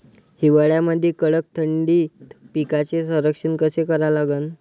हिवाळ्यामंदी कडक थंडीत पिकाचे संरक्षण कसे करा लागन?